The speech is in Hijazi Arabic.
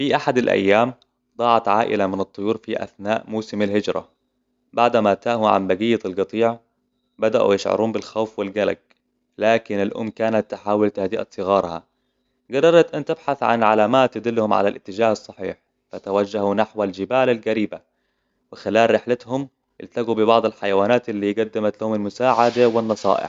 في أحد الأيام، ضاعت عائلة من الطيور في أثناء موسم الهجرة. بعدما تاهوا عن بقيه القطيع، بدأوا يشعرون بالخوف والقلق. لكن الأم كانت تحاول تهدءه صغارها. قدرت أن تبحث عن علامات تدلهم على الاتجاه الصحيح، فتوجهوا نحو الجبال القريبة. وخلال رحلتهم، التقوا ببعض الحيوانات اللي قدمت لهم المساعدة والنصائح.